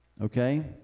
Okay